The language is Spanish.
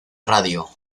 radio